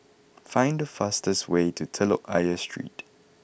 find the fastest way to Telok Ayer Street